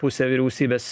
pusę vyriausybės